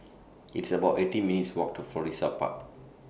It's about eighteen minutes' Walk to Florissa Park